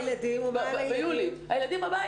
ביולי.